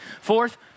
Fourth